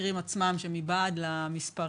המקרים עצמם שהם מבעד למספרים.